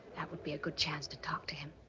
that would be a good chance to talk to him.